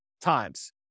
times